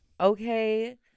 Okay